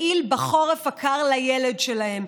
מעיל בחורף הקר לילד שלהם,